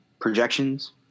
projections